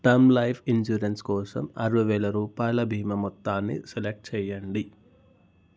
term life insurance కోసం అరవై వేల రూపాయల భీమా మొత్తాన్ని సెలెక్ట్ చేయండి